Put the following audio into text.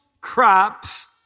crops